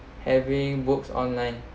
having books online